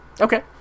Okay